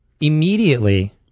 immediately